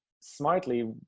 smartly